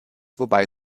wobei